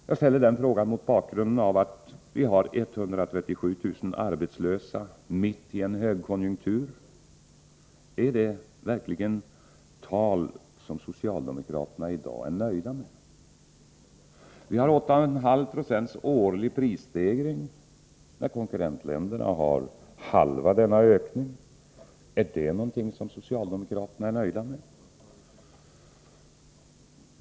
Jag frågar mot bakgrund av att vi har 137 000 arbetslösa mitt i en högkonjunktur: Är det verkligen tal som socialdemokraterna i dag är nöjda med? Vi har 8,5 Yo årlig prisstegring när konkurrentländerna har halva denna ökning. Är det någonting som socialdemokraterna är nöjda med?